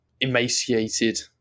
emaciated